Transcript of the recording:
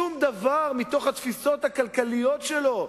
ושום דבר מהתפיסות הכלכליות שלו,